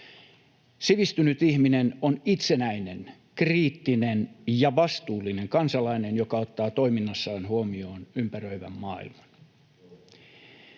Sivistynyt ihminen on itsenäinen, kriittinen ja vastuullinen kansalainen, joka ottaa toiminnassaan huomioon ympäröivän maailman.